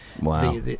Wow